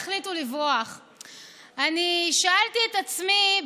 אני שאלתי את עצמי: